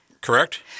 correct